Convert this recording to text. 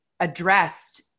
addressed